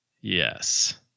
Yes